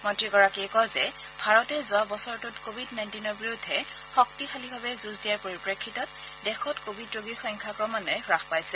মন্ত্ৰীগৰাকীয়ে কয় যে ভাৰতে যোৱা বছৰটোত কোৱিড নাইণ্টিনৰ বিৰুদ্ধে শক্তিশালীভাৱে যুঁজ দিয়াৰ পৰিপ্ৰেফিতত দেশত কোৱিড ৰোগীৰ সংখ্যা ক্ৰমান্বয়ে হাস পাইছে